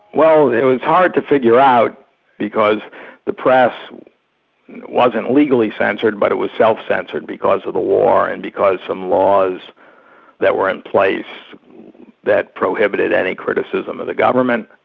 well, it was hard to figure out because the press wasn't legally censored but it was self-censored because of the war and because of some laws that were in place that prohibited any criticism of the government.